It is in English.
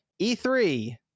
e3